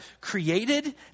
created